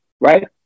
right